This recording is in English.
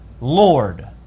Lord